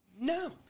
No